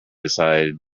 decided